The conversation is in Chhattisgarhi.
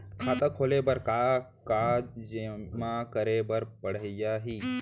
खाता खोले बर का का जेमा करे बर पढ़इया ही?